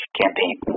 campaign